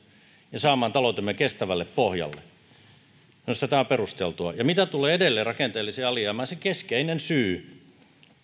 ja saamaan taloutemme kestävälle pohjalle minusta tämä on perusteltua ja mitä tulee edelleen rakenteelliseen alijäämään sen keskeinen syy